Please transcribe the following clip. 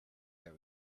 that